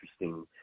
interesting